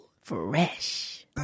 Fresh